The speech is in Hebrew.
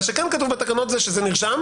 מה שכן כתוב בתקנות זה שזה נרשם,